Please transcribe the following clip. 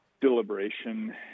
deliberation